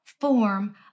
form